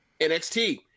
nxt